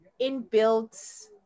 inbuilt